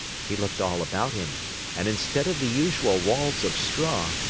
he looked all about him and instead of the usual walls of straw,